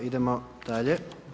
Idemo dalje.